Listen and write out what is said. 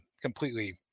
completely